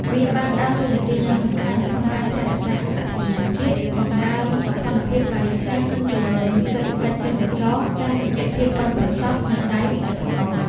វាបានដើរតួនាទីយ៉ាងសំខាន់ក្នុងការ ថែរក្សាអត្តសញ្ញាណជាតិ បង្កើនសោភ័ណភាពបរិស្ថាន និង ជំរុញសេដ្ឋកិច្ចទេសចរណ៍ តាមរយៈភាពប៉ិនប្រសប់នៃដៃវិចិត្រករ។